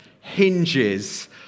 hinges